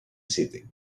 city